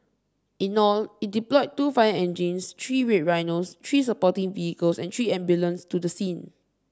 in all it deployed two fire engines three Red Rhinos three supporting vehicles and three ambulances to the scene